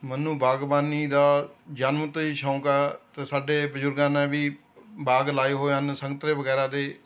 ਮੈਨੂੰ ਬਾਗਬਾਨੀ ਦਾ ਜਨਮ ਤੋਂ ਹੀ ਸ਼ੌਂਕ ਆ ਅਤੇ ਸਾਡੇ ਬਜ਼ੁਰਗਾਂ ਨੇ ਵੀ ਬਾਗ ਲਾਏ ਹੋਏ ਹਨ ਸੰਤਰੇ ਵਗੈਰਾ ਦੇ